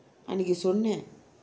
அன்றைக்கு சொன்னேன்:andraikku sonaen